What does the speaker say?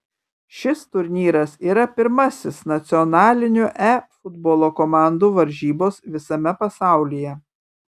šis turnyras yra pirmasis nacionalinių e futbolo komandų varžybos visame pasaulyje